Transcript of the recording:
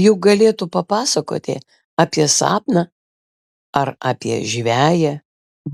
juk galėtų papasakoti apie sapną ar apie žveję